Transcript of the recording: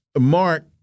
Mark